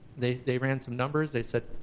they they ran some numbers, they said,